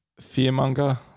fearmonger